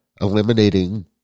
eliminating